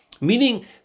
meaning